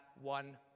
one